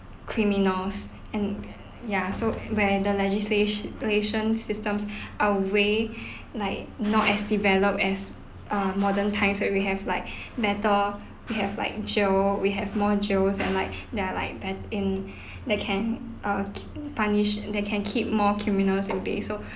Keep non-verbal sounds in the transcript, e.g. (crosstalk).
criminals and ya so where the legisla~ ~ slation systems (breath) are way (breath) like not as developed as uh modern times where we have like (breath) metal we have like jail we have more jails and like (breath) they're like back in (breath) that can uh keep punish that can keep more criminals in base so